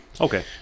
Okay